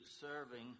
serving